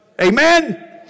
Amen